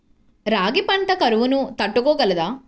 రాగి పంట కరువును తట్టుకోగలదా?